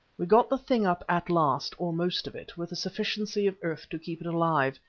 we got the thing up at last, or most of it, with a sufficiency of earth to keep it alive,